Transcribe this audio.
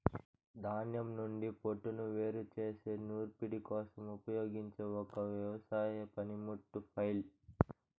ధాన్యం నుండి పోట్టును వేరు చేసే నూర్పిడి కోసం ఉపయోగించే ఒక వ్యవసాయ పనిముట్టు ఫ్లైల్